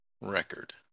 record